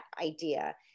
idea